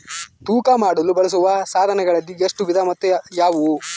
ತೂಕ ಮಾಡಲು ಬಳಸುವ ಸಾಧನಗಳಲ್ಲಿ ಎಷ್ಟು ವಿಧ ಮತ್ತು ಯಾವುವು?